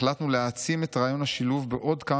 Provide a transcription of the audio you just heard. החלטנו להעצים את רעיון השילוב בעוד כמה